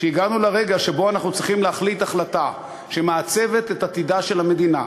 כשהגענו לרגע שבו אנחנו צריכים להחליט החלטה שמעצבת את עתידה של המדינה,